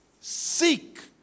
seek